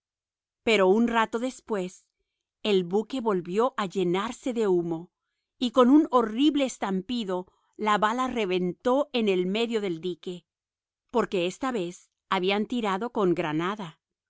pero un rato después el buque volvió a llenarse de humo y con un horrible estampido la bala reventó en el medio del dique porque esta vez habían tirado con granada